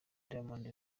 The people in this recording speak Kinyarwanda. diamond